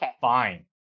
fine